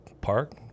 park